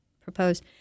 proposed